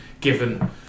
given